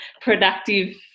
productive